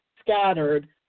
scattered